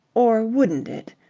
or wouldn't it?